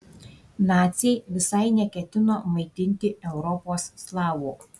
naciai visai neketino maitinti europos slavų